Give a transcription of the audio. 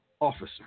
officer